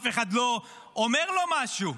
אף אחד לא אומר לו משהו.